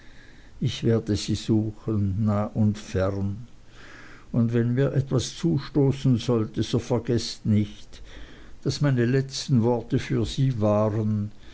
ich werde sie suchen nah und fern und wenn mir etwas zustoßen sollte so vergeßt nicht daß meine letzten worte für sie waren